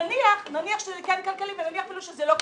נניח שזה כן כלכלי ונניח אפילו שזה לא כלכלי,